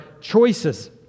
choices